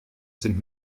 sind